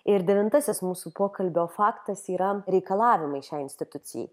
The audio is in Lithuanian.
ir devintasis mūsų pokalbio faktas yra reikalavimai šiai institucijai